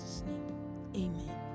Amen